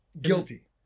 Guilty